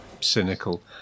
cynical